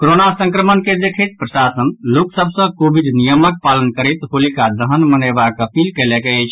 corona संक्रमण के देखैत प्रशासन लोक सभसॅ कोविड नियमक पालन करैत होलिका दहन मनयबाक अपील कयलक अछि